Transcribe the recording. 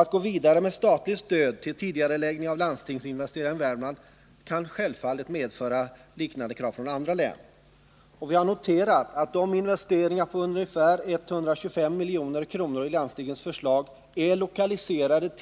Att gå vidare med statligt stöd till en tidigareläggning av landstingsinvesteringar i Värmland kan självfallet medföra liknande krav från andra län. Vi har noterat att investeringarna enligt landstingets förslag på ungefär 125 milj.kr.